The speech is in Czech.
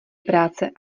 práce